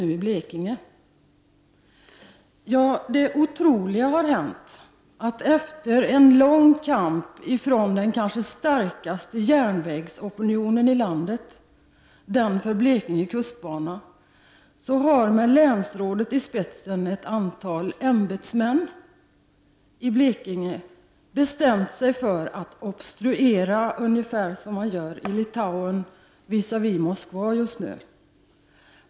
Jo, det otroliga har inträffat att ett antal tjänstemän i Blekinge med länsrådet i spetsen efter en lång kamp från den kanske starkaste järnvägsopinionen i landet — det handlar alltså om opinionen för Blekinge kustbana — har bestämt sig för att obstruera ungefär som man gör i Litauen visavi Moskva.